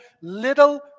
little